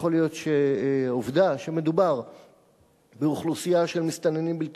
יכול להיות שהעובדה שמדובר באוכלוסייה של מסתננים בלתי